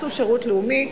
עשו שירות לאומי,